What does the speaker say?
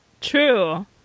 True